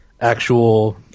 actual